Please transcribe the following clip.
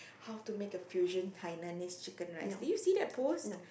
how to make a fusion Hainanese Chicken Rice did you see that post